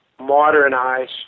modernize